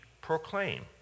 proclaim